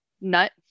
nut